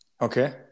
Okay